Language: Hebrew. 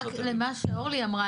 רק למה שאורלי אמרה.